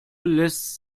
lässt